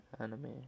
enemy